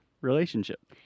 relationship